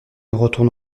retourne